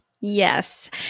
Yes